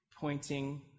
pointing